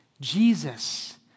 Jesus